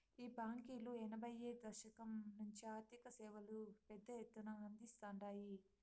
ఈ బాంకీలు ఎనభైయ్యో దశకం నుంచే ఆర్థిక సేవలు పెద్ద ఎత్తున అందిస్తాండాయి